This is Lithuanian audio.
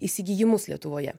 įsigijimus lietuvoje